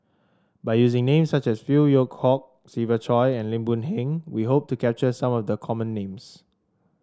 by using names such as Phey Yew Kok Siva Choy and Lim Boon Heng we hope to capture some of the common names